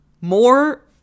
more